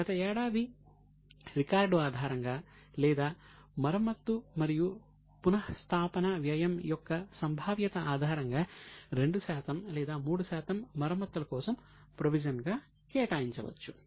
గత ఏడాది రికార్డు ఆధారంగా లేదా మరమ్మత్తు మరియు పునఃస్థాపన వ్యయం యొక్క సంభావ్యత ఆధారంగా 2 శాతం లేదా 3 శాతం మరమ్మత్తుల కోసం ప్రొవిజన్ గా కేటాయించవచ్చు